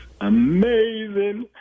amazing